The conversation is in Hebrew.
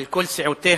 על כל סיעותיה,